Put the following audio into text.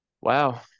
Wow